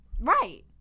Right